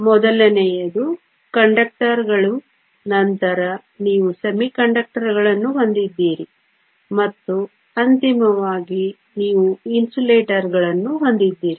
ಮೊದಲನೆಯದು ಕಂಡಕ್ಟರ್ಗಳು ನಂತರ ನೀವು ಅರೆವಾಹಕ ಗಳನ್ನು ಹೊಂದಿದ್ದೀರಿ ಮತ್ತು ಅಂತಿಮವಾಗಿ ನೀವು ಅವಾಹಕಗಳನ್ನು ಹೊಂದಿದ್ದೀರಿ